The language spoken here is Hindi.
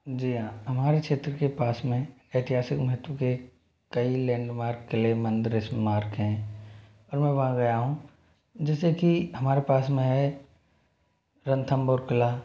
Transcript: जी हाँ हमारे क्षेत्र के पास में ऐतिहासिक महत्व के कई लैंडमार्क किले मंदिर स्मारक हैं और मैं वहाँ गया हूँ जैसे कि हमारे पास में है रणथंबोर किला